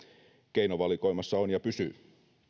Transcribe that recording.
keinovalikoimassa on ja pysyy